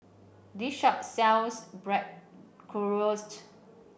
this shop sells